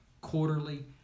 quarterly